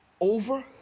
Over